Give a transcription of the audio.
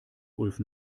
ulf